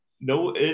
No